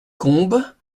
combes